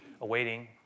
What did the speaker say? awaiting